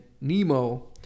nemo